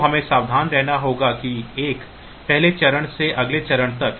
तो हमें सावधान रहना होगा कि 1 चरण से अगले चरण तक